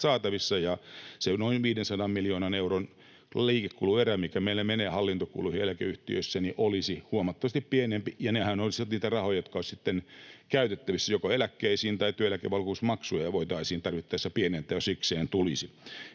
saatavissa ja se noin 500 miljoonan euron liikekuluerä, mikä meillä menee hallintokuluihin eläkeyhtiöissä, olisi huomattavasti pienempi. Ja nehän olisivat niitä rahoja, jotka olisivat sitten käytettävissä eläkkeisiin — tai työeläkevakuutusmaksuja voitaisiin tarvittaessa pienentää, jos sikseen tulisi.